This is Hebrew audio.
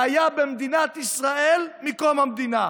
שהיה במדינת ישראל מקום המדינה.